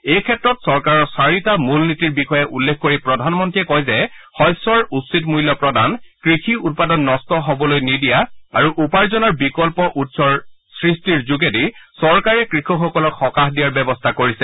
এই ক্ষেত্ৰত চৰকাৰৰ চাৰিটা মূল নীতিৰ বিষয়ে উল্লেখ কৰি প্ৰধানমন্ত্ৰীয়ে কয় যে শস্যৰ উচিত মূল্য প্ৰদান কৃষি উৎপাদন নষ্ট হবলৈ নিদিয়া আৰু উপাৰ্জনৰ বিকল্প উৎসৰ সৃষ্টিৰ যোগেদি চৰকাৰে কৃষকসকলক সকাহ দিয়াৰ ব্যৱস্থা কৰিছে